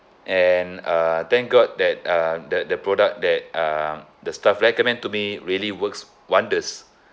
and uh thank god that uh that the product that uh the staff recommend to me really works wonders